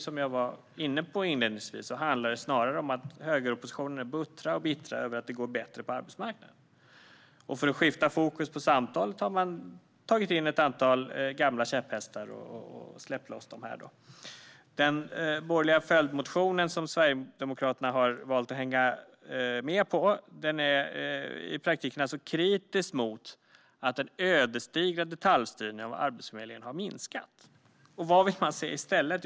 Som jag var inne på inledningsvis handlar det snarare om att högeroppositionen är buttra och bittra över att det går bättre på arbetsmarknaden, och för att skifta fokus på samtalet har man här släppt loss ett antal gamla käpphästar. Den borgerliga följdmotionen, som Sverigedemokraterna har valt att hänga med på, är alltså i praktiken kritisk mot att den ödesdigra detaljstyrningen av Arbetsförmedlingen har minskat. Och vad vill man se i stället?